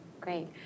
great